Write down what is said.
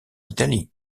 italie